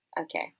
okay